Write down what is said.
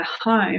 home